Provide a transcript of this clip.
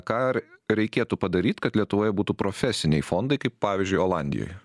kar reikėtų padaryt kad lietuvoj būtų profesiniai fondai kaip pavyzdžiui olandijoj